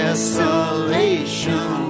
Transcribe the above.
Desolation